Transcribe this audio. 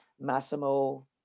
Massimo